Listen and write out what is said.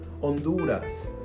Honduras